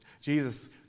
Jesus